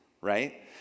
right